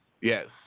Yes